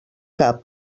cap